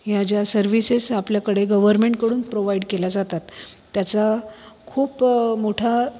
ह्या ज्या सर्व्हिसेस आपल्याकडे गव्हरमेंटकडून प्रोव्हाइड केल्या जातात त्याचा खूप मोठा